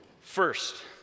First